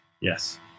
Yes